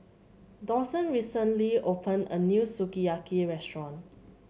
Dawson recently opened a new Sukiyaki Restaurant